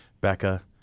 Becca